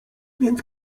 więc